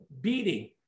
beating